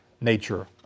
nature